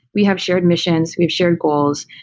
we have shared missions, we've shared goals,